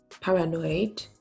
paranoid